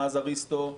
מאז אריסטו,